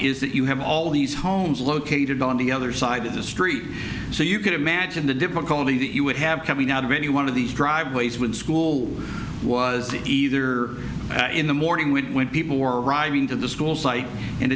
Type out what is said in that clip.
is that you have all these homes located on the other side of the street so you could imagine the difficulty that you would have coming out of any one of these driveways when school was either in the morning when people were arriving to the school site and